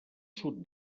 sud